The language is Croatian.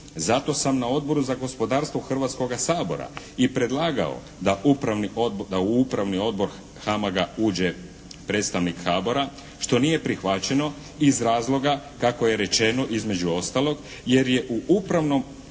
Zato sam na Odboru za gospodarstvo Hrvatskoga sabora i predlagao da u Upravni odbor HAMAG-a uđe predstavnik HBOR-a što nije prihvaćeno iz razloga kako je rečeno između ostalog jer je u upravnom odboru